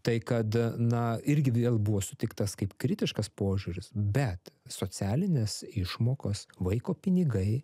tai kad na irgi vidėl buvo sutiktas kaip kritiškas požiūris bet socialinės išmokos vaiko pinigai